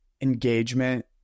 engagement